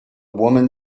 woman